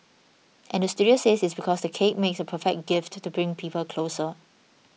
and the studio says it's because the cake makes a perfect gift to bring people closer